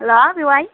हेल' बेवाइ